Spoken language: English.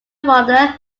father